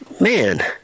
Man